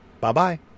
Bye-bye